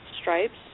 stripes